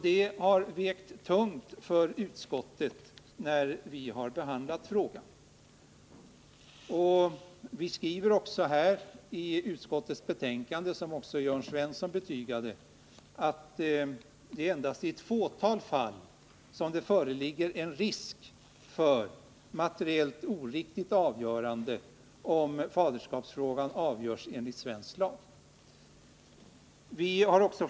Det har vägt tungt för utskottet när vi har behandlat frågan. Vi skriver också i utskottsbetänkandet, vilket även Jörn Svensson betygade, att det är endast i ett fåtal fall som det föreligger en risk för materiellt oriktigt avgörande om talan i faderskapsfråga förs vid annat nordiskt lands domstol än om frågan avgörs enligt svensk lag.